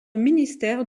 ministère